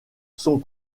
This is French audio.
sont